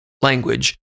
language